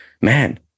man